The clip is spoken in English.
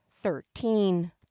Thirteen